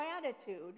gratitude